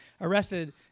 arrested